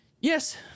Yes